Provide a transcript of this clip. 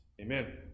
Amen